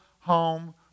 home